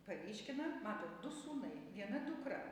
paryškina matot du sūnui viena dukra